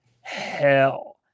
hell